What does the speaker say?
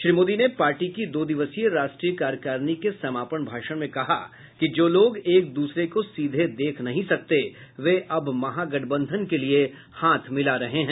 श्री मोदी ने पार्टी की दो दिवसीय राष्ट्रीय कार्यकारिणी के समापन भाषण में कहा कि जो लोग एक दूसरे को सीधे देख नहीं सकते वे अब महा गठबंधन के लिए हाथ मिला रहे हैं